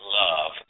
love